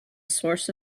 source